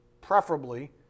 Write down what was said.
Preferably